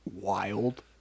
wild